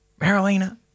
Marilena